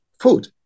food